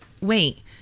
Wait